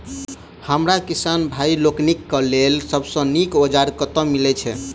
हमरा किसान भाई लोकनि केँ लेल सबसँ नीक औजार कतह मिलै छै?